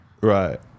Right